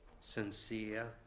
sincere